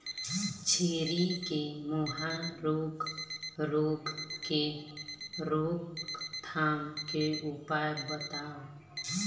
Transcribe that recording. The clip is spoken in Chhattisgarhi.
छेरी के मुहा रोग रोग के रोकथाम के उपाय बताव?